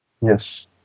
Yes